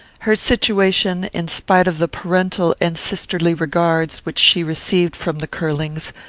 her situation, in spite of the parental and sisterly regards which she received from the curlings,